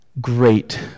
great